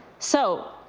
so